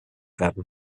werden